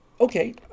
okay